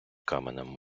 каменем